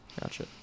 Gotcha